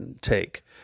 take